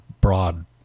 broad